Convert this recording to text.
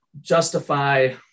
justify